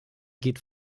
geht